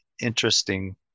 interesting